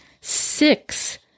six